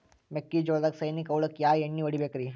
ಮೆಕ್ಕಿಜೋಳದಾಗ ಸೈನಿಕ ಹುಳಕ್ಕ ಯಾವ ಎಣ್ಣಿ ಹೊಡಿಬೇಕ್ರೇ?